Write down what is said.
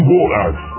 Waters